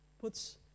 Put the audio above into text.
puts